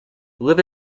live